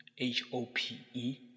H-O-P-E